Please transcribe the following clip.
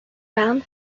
round